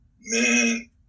Man